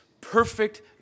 perfect